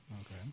Okay